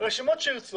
רשימות שירצו,